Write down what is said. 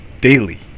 daily